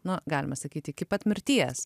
nu galima sakyti iki pat mirties